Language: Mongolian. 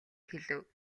хэлэв